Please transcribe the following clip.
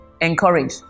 Encourage